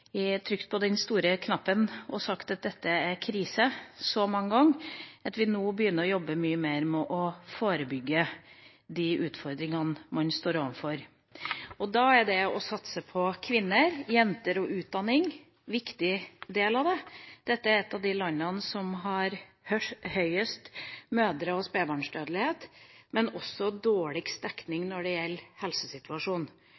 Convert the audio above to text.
begynner å jobbe mye mer med å forebygge de utfordringene man står overfor. Da er det å satse på kvinner, jenter og utdanning en viktig del av det. Dette er et av de landene som har høyest mødre- og spedbarnsdødelighet, og det har også